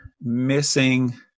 missing